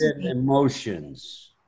Emotions